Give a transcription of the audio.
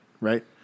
Right